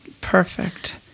Perfect